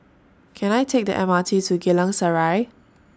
Can I Take The M R T to Geylang Serai